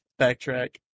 backtrack